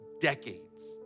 decades